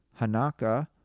Hanaka